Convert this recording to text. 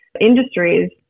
industries